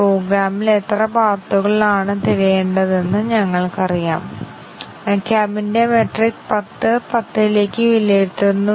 രണ്ടാമത്തേതും ശരിയും തെറ്റായ മൂല്യവും എടുക്കണം മൂന്നാമത്തേത് ശരിയും തെറ്റായ മൂല്യവും എടുക്കണം